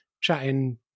chatting